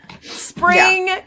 spring